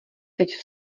teď